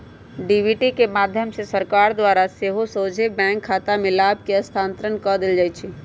DBT के माध्यम से सरकार द्वारा सेहो सोझे बैंक खतामें लाभ के स्थानान्तरण कऽ देल जाइ छै